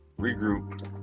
regroup